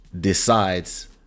decides